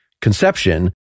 conception